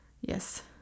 Yes